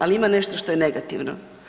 Ali ima nešto što je negativno.